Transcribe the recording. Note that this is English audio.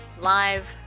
live